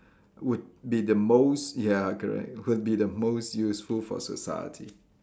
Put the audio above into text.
would be the most ya correct would be the most useful for society